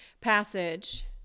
passage